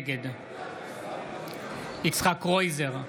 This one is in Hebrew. נגד יצחק קרויזר,